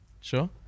Sure